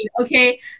okay